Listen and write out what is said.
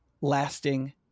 lasting